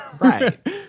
right